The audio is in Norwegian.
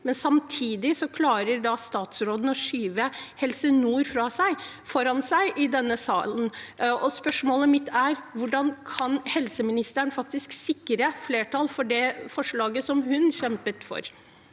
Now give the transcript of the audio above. samtidig klarer statsråden å skyve Helse Nord foran seg i denne salen. Spørsmålet mitt er: Hvordan kan helseministeren sikre flertall for det forslaget hun kjempet for?